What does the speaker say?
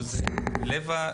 שזה לב האירוע.